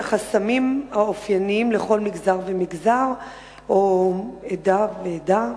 החסמים האופייניים לכל מגזר ומגזר או כל עדה ועדה,